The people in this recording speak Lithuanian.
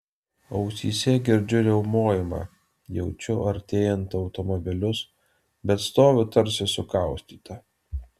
ausyse girdžiu riaumojimą jaučiu artėjant automobilius bet stoviu tarsi sukaustyta